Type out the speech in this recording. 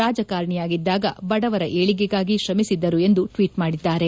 ರಾಜಕಾರಣಿಯಾಗಿದ್ದಾಗ ಬಡವರ ಏಳಿಗೆಗಾಗಿ ಶ್ರಮಿಸಿದ್ದರು ಎಂದು ಟ್ವೀಟ್ ಮಾಡಿದ್ದಾರೆ